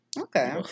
Okay